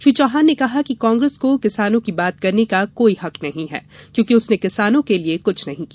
श्री चौहान ने कहा कि कांग्रेस को किसानों की बात करने का कोई हक नहीं है क्योंकि उसने किसानों के लिये कुछ नहीं किया